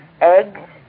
Eggs